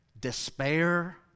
despair